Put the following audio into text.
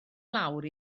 lawr